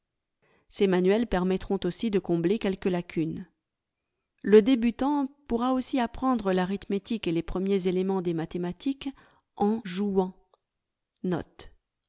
ces manuels permettront aussi de combler quelques lacunes le débutant pourra aussi apprendre l'arithmétique et les premiers éléments des mathématiques en jouant